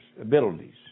abilities